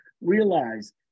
realize